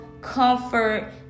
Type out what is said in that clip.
comfort